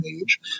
age